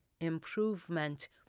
improvement